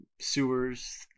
sewers